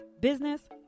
Business